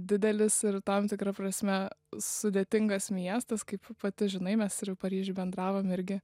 didelis ir tam tikra prasme sudėtingas miestas kaip pati žinai mes ir paryžiuj bendravom irgi